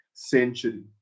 century